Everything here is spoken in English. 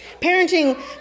Parenting